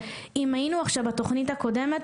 אם היינו עכשיו בתוכנית הקודמת,